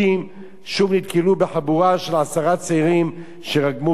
שוב נתקלו בחבורה של עשרה צעירים שרגמו אותם באבנים.